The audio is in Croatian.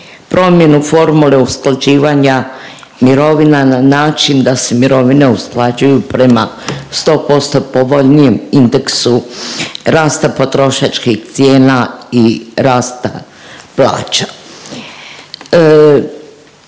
promjenu formule usklađivanja mirovina na način da se mirovine usklađuju prema sto posto povoljnijem indeksu rasta potrošačkih cijena i rasta plaća.